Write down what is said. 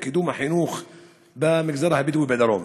לקידום החינוך במגזר הבדואי בדרום?